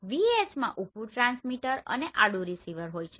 VHમાં ઉભું ટ્રાન્સમિટર અને આડુ રીસીવર હોય છે